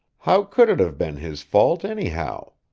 how could it have been his fault, anyhow?